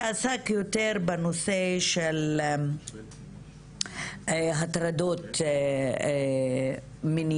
שעסק יותר בנושא של הטרדות מיניות